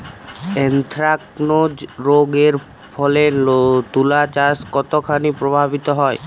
Anthracnose রোগ এর ফলে তুলাচাষ কতখানি প্রভাবিত হয়?